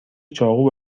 چاقو